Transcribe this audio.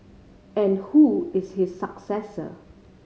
and who is his successor